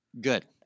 Good